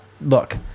look